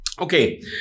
Okay